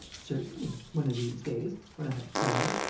certainly. one of these days. when i have time.